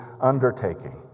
undertaking